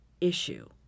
issue